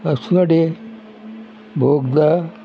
Assonora Bogda